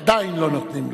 עדיין לא נותנים לו.